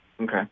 Okay